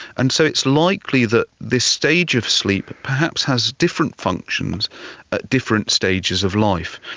and so it's likely that this stage of sleep perhaps has different functions at different stages of life.